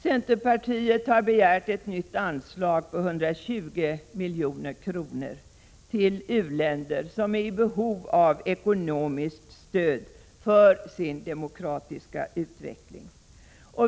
Centerpartiet har begärt ett nytt anslag på 120 milj.kr. till u-länder som är i behov av ekonomiskt stöd för sin demokratiska utveckling.